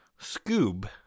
Scoob